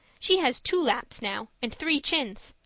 she has two laps now, and three chins.